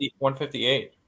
158